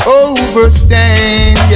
overstand